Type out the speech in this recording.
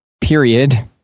period